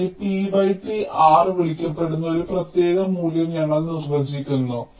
അങ്ങനെ pt R⧠ വിളിക്കപ്പെടുന്ന ഒരു പ്രത്യേക മൂല്യം ഞങ്ങൾ നിർവ്വചിക്കുന്നു